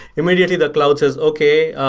immediately the cloud says, okay,